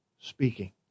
speaking